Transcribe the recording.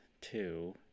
two